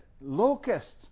locusts